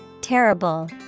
Terrible